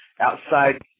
outside